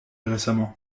récemment